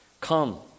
Come